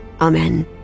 Amen